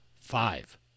five